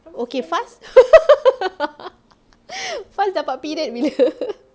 okay faz faz dapat period bila